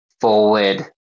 forward